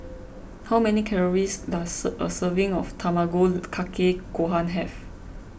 how many calories does a serving of Tamago Kake Gohan have